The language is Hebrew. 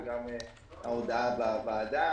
וגם ההודעה בוועדה,